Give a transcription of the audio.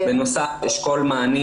בנוסף, אשכול מענים